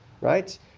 right